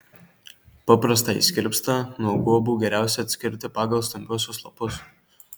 paprastąjį skirpstą nuo guobų geriausia atskirti pagal stambiuosius lapus